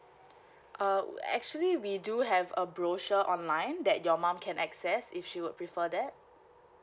err actually we do have a brochure online that your mum can access if she would prefer that